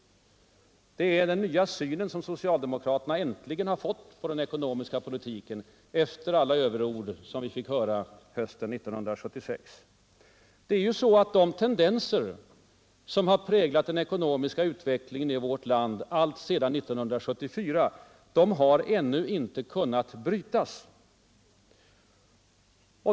Det är den nya syn som socialdemokraterna äntligen har fått på den ekonomiska politiken efter alla överord som vi fick höra hösten 1976. De tendenser som har präglat den ekonomiska utvecklingen i vårt land alltsedan 1974 har alltså ännu inte kunnat brytas.